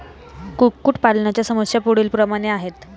कुक्कुटपालनाच्या समस्या पुढीलप्रमाणे आहेत